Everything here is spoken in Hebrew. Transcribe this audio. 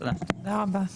תודה רבה.